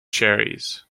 cherries